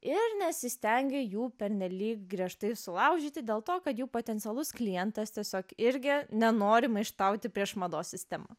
ir nesistengia jų pernelyg griežtai sulaužyti dėl to kad jų potencialus klientas tiesiog irgi nenori maištauti prieš mados sistemą